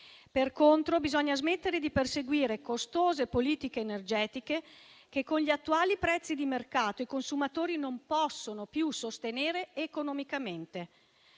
Per contro, bisogna smettere di perseguire costose politiche energetiche che, con gli attuali prezzi di mercato, i consumatori non possono più sostenere economicamente.